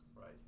Right